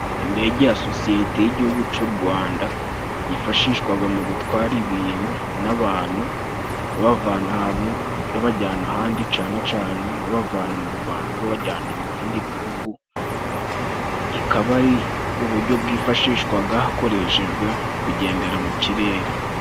Indege ya sosiyete y'igihugu c'u Rwanda yifashishwaga mu gutwara ibintu n'abantu, babavana ahantu babajyana ahandi, cane cane babavana mu Rwanda babajyana mu bindi bihugu. Ikaba ari ubujyo bwifashishwaga hakoreshejwe kugendera mu kirere.